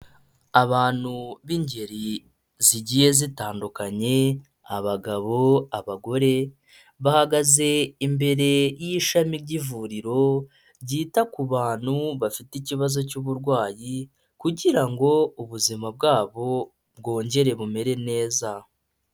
Abantu b'ingeri zigiye zitandukanye, abagabo abagore, bahagaze imbere y'ishami ry'ivuriro ryita ku bantu bafite ikibazo cy'uburwayi kugira ngo ubuzima bwabo bwongere bumere neza.